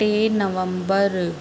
टे नवम्बर